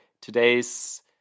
today's